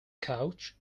couch